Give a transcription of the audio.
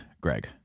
Greg